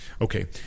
okay